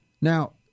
Now